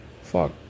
Fuck